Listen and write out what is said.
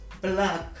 black